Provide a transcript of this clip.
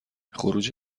خروج